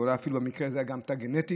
ואולי אפילו במקרה הזה היא גם הייתה גנטית.